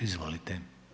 Izvolite.